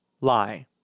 LIE